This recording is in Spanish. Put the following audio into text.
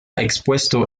expuesto